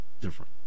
different